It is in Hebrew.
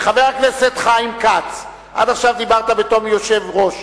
חבר הכנסת חיים כץ, עד עכשיו דיברת בתור יושב-ראש.